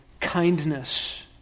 kindness